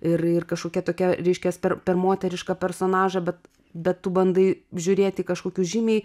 ir ir kažkokia tokia reiškias per per moterišką personažą bet bet tu bandai žiūrėti kažkokius žymiai